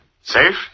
Safe